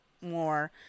more